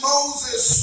Moses